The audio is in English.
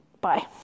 bye